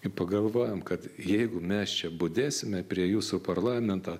i pagalvojom kad jeigu mes čia budėsime prie jūsų parlamento